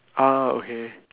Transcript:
ah okay